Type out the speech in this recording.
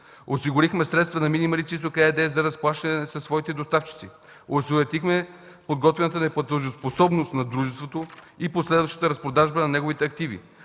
Осигурихме средства на „Мини Марица изток” ЕАД за разплащане със своите доставчици; осуетихме подготвената неплатежоспособност на дружеството и последващата разпродажба на неговите активи.